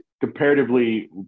comparatively